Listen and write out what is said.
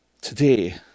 today